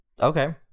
Okay